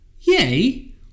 yay